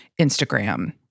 Instagram